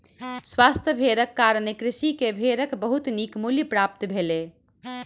स्वस्थ भेड़क कारणें कृषक के भेड़क बहुत नीक मूल्य प्राप्त भेलै